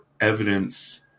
evidence